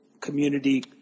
community